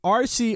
rc